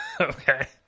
Okay